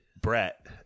brett